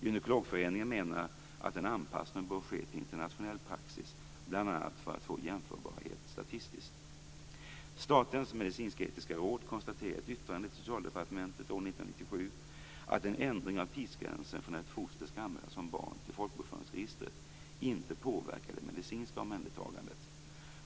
Gynekologföreningen menar att en anpassning bör ske till internationell praxis bl.a. för att få jämförbarhet statistisk. Statens medicinsk-etiska råd konstaterar i ett yttrande till socialdepartementet år 1997 att en ändring av tidsgränsen för när ett foster skall anmälas som barn till folkbokföringsregistret inte påverkar det medicinska omhändertagandet.